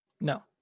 No